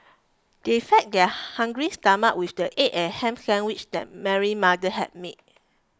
they fed their hungry stomachs with the egg and ham sandwiches that Mary mother had made